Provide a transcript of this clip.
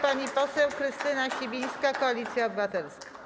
Pani poseł Krystyna Sibińska, Koalicja Obywatelska.